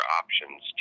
options